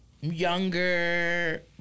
younger